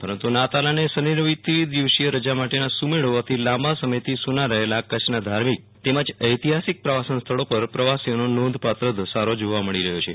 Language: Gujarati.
પરંતુ નાતાલ અને શનિરવિ ત્રિદિવસીય રજાનો સુમેળ હોવાથી લાંબા સમયથી સુના રહેલા કચ્છના ધાર્મિક તેમજ ઐતિહાસિક પ્રવાસન સ્થળો પર પ્રવાસીઓને નોંધપાત્ર ધસારો જોવા મળી રહ્યો છે